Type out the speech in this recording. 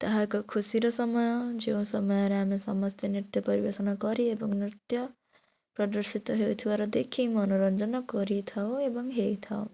ତାହା ଏକ ଖୁସିର ସମୟ ଯେଉଁ ସମୟରେ ଆମେ ସମସ୍ତେ ନୃତ୍ୟ ପରିବେଷଣ କରି ଏବଂ ନୃତ୍ୟ ପ୍ରଦର୍ଶିତ ହେଉଥିବାର ଦେଖି ମନୋରଞ୍ଜନ କରିଥାଉ ଏବଂ ହେଇଥାଉ